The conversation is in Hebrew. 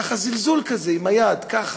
ככה, זלזול כזה עם היד, ככה,